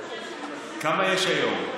כמה יש היום?